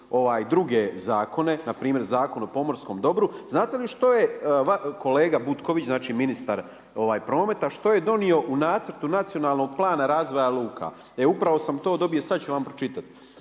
druge zakone, npr. Zakon o pomorskom dobru. Znate li što je kolega Butković, znači ministar prometa, što je donio u nacrtu Nacionalnog plana razvoja luka, e upravo sam to dobio, sad ću vam pročitati.